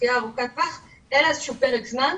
דחייה ארוכת טווח אלא איזשהו פרק זמן.